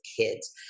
kids